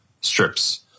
strips